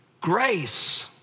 Grace